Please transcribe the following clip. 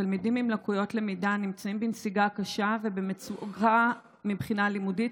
תלמידים עם לקויות למידה נמצאים בנסיגה קשה ובמצוקה מבחינה לימודית,